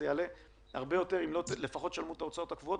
זה יעלה הרבה יותר אם לא לפחות תשלמו את ההוצאות הקבועות.